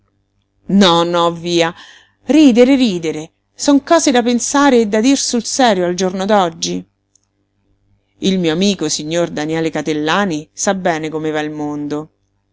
no no via ridere ridere son cose da pensare e da dir sul serio al giorno d'oggi il mio amico signor daniele catellani sa bene come va il mondo